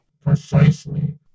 Precisely